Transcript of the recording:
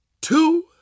two